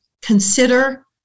consider